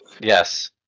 Yes